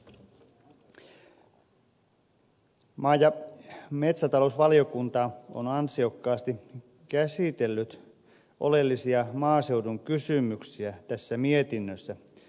maa ja metsätalousvaliokunta on ansiokkaasti käsitellyt oleellisia maaseudun kysymyksiä tässä mietinnössä